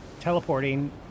teleporting